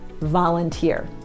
volunteer